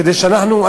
כדי שאנחנו,